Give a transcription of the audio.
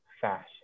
fashion